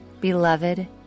Beloved